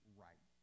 right